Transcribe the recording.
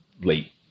late